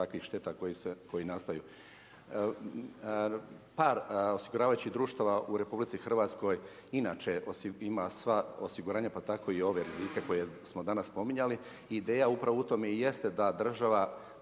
takvih šteta koje nastaju. Par osiguravajućih društava u RH, inače ima sva osiguranja pa tak i ove rizike koje smo danas spominjali. Ideja upravo u tome i jeste, da država